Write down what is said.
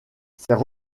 ses